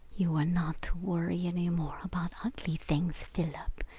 you are not to worry any more about ugly things, philip,